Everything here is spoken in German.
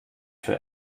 für